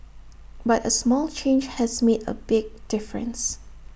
but A small change has made A big difference